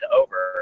over